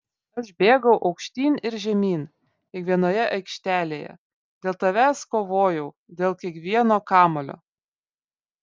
aš bėgau aukštyn ir žemyn kiekvienoje aikštelėje dėl tavęs kovojau dėl kiekvieno kamuolio